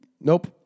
Nope